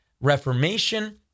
Reformation